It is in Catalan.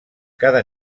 cada